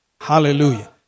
Hallelujah